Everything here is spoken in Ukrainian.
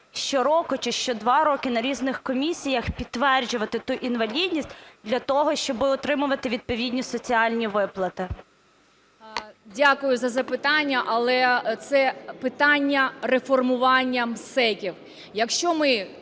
щороку чи що два роки на різних комісіях підтверджувати ту інвалідність для того, щоб отримувати відповідні соціальні виплати? 10:33:16 ЛАЗЕБНА М.В. Дякую за запитання, але це питання реформування МСЕКів. Якщо ми